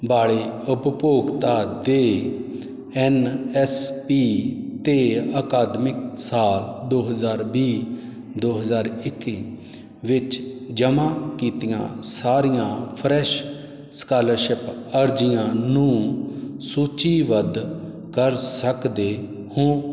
ਵਾਲੇ ਉਪਭੋਗਤਾ ਦੇ ਐੱਨ ਐੱਸ ਪੀ ਅਤੇ ਅਕਾਦਮਿਕ ਸਾਲ ਦੋ ਹਜ਼ਾਰ ਵੀਹ ਦੋ ਹਜ਼ਾਰ ਇੱਕੀ ਵਿੱਚ ਜਮਾਂ ਕੀਤੀਆਂ ਸਾਰੀਆਂ ਫਰੈਸ਼ ਸਕਾਲਰਸ਼ਿਪ ਅਰਜ਼ੀਆਂ ਨੂੰ ਸੂਚੀਬੱਧ ਕਰ ਸਕਦੇ ਹੋ